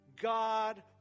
God